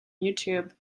youtube